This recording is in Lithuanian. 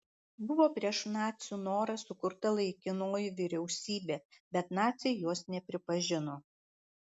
buvo prieš nacių norą sukurta laikinoji vyriausybė bet naciai jos nepripažino